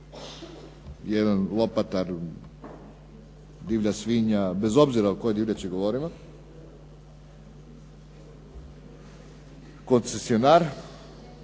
jedan lopatar, divlja svinja, bez obzira o kojoj divljači govorimo, koncesionar